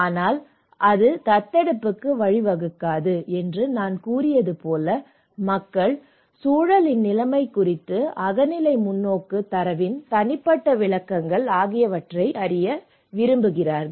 ஆனால் அது தத்தெடுப்புக்கு வழிவகுக்காது என்று நான் கூறியது போல மக்கள் சூழலின் நிலைமை குறித்த அகநிலை முன்னோக்கு தரவின் தனிப்பட்ட விளக்கங்கள் ஆகியவற்றை அறிய விரும்புகிறார்கள்